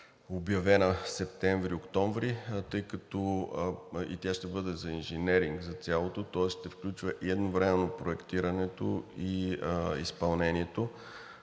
обявена септември-октомври и тя ще бъде за инженеринг за цялото, тоест ще включва едновременно проектирането и изпълнението,